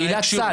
זו עילת סל.